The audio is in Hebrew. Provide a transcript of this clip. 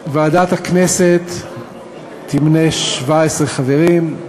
ועדת הכנסת תמנה 17 חברים: